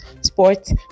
sports